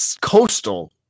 coastal